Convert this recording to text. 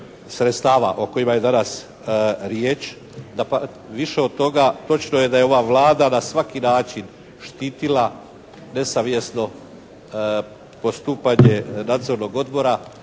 sredstava o kojima je danas riječ. Više od toga točno je da je ova Vlada na svaki način štitila nesavjesno postupanje Nadzornog odbora